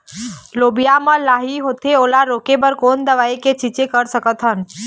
लोबिया मा लाही होथे ओला रोके बर कोन दवई के छीचें कर सकथन?